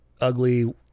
ugly